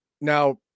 now